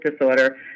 disorder